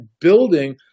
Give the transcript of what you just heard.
building